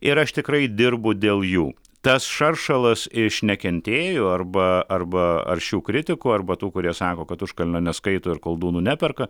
ir aš tikrai dirbu dėl jų tas šaršalas iš nekentėjų arba arba aršių kritikų arba tų kurie sako kad užkalnio neskaito ir koldūnų neperka